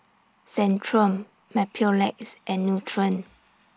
Centrum Mepilex and Nutren